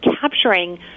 capturing